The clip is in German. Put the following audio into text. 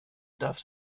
darf